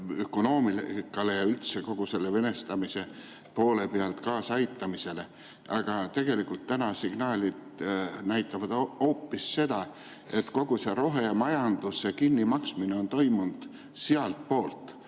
ökonoomikale ja üldse kogu selle venestamise poolele kaasaaitamises. Aga tegelikult täna signaalid näitavad hoopis seda, et kogu see rohemajanduse kinnimaksmine on toimunud sealtpoolt.